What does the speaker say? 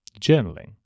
journaling